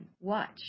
Watch